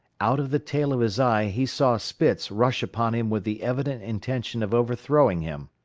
out of the tail of his eye he saw spitz rush upon him with the evident intention of overthrowing him.